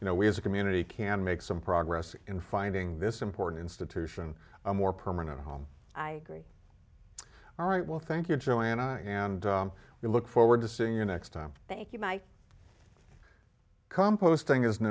you know we as a community can make some progress in finding this important institution a more permanent home i agree all right well thank you joanna and we look forward to seeing you next time thank you mike composting is an